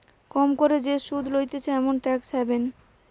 কম করে যে সুধ লইতেছে এমন ট্যাক্স হ্যাভেন